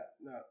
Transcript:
no